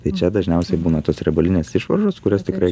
tai čia dažniausiai būna tos riebalinės išvaržos kurias tikrai